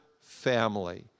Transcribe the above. family